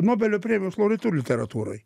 nobelio premijos laureatu literatūroj